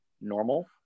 normal